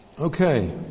Okay